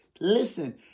Listen